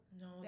No